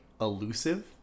elusive